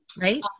right